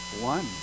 one